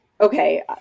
okay